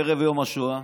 בערב יום השואה,